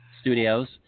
studios